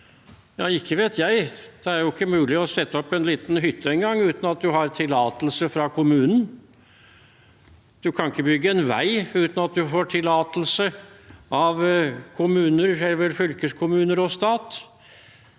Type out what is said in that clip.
Ikke vet jeg, det er jo ikke mulig å sette opp en liten hytte engang uten at man har tillatelse fra kommunen. Man kan ikke bygge en vei uten at man får tillatelse av kommune, fylkeskommune og stat.